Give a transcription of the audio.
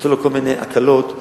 כל מיני הקלות,